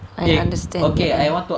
I understand that we